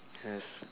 yes